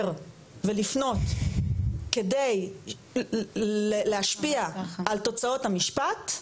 ולפנות כדי להשפיע על תוצאות המשפט,